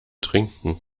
trinken